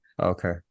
Okay